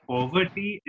Poverty